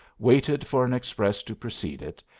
waited for an express to precede it,